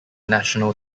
national